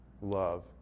love